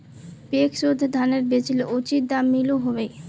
पैक्सोत धानेर बेचले उचित दाम मिलोहो होबे?